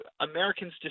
Americans